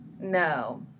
No